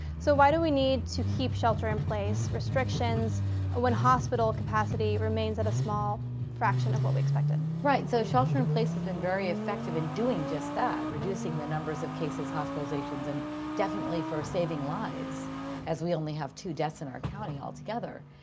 so why do we need to keep shelter in place restrictions when hospital capacity remains at a small fraction of what we expected? right. so shelter in place has been very effective in doing just that, reducing the numbers of cases, hospitalizations, and definitely for saving lives as we only have two deaths in our county altogether.